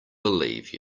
believe